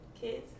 Kids